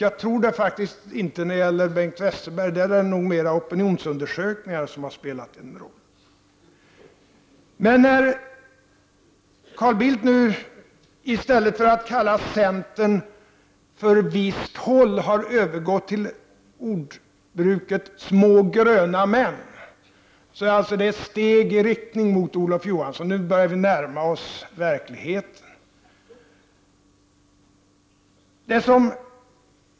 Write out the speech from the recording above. Jag tror det faktiskt inte när det gäller Bengt Westerberg — i det fallet är det nog mera opinionsundersökningar som har spelat en roll. När Carl Bildt nu i stället för att kalla centern ”visst håll” har övergått till ordbruket ”små gröna män” är det ett steg i riktning mot Olof Johansson. Nu börjar Carl Bildt närma sig verkligheten.